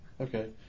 Okay